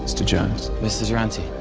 mr. jones. mr. duranty.